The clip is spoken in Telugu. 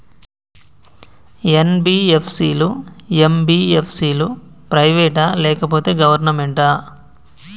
ఎన్.బి.ఎఫ్.సి లు, ఎం.బి.ఎఫ్.సి లు ప్రైవేట్ ఆ లేకపోతే గవర్నమెంటా?